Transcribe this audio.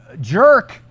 Jerk